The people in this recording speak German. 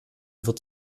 wird